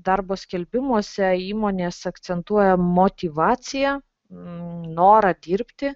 darbo skelbimuose įmonės akcentuoja motyvaciją norą dirbti